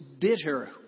bitter